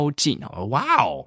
Wow